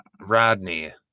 Rodney